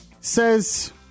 says